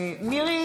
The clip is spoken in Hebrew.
מירי